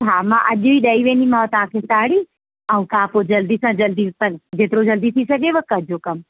हा मां अॼु ई ॾेई वेंदीमांव तव्हांखे साड़ी ऐं तव्हां पोइ जल्दी सां जल्दी जेतिरो जल्दी थी सघेव कजो कमु